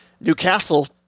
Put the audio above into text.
Newcastle